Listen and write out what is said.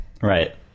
Right